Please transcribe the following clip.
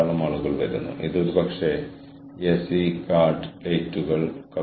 കൊടുക്കലും വാങ്ങലും നിരന്തരമായി വന്നാൽ മാത്രമേ നെറ്റ്വർക്ക് ജീവിക്കൂ